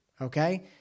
okay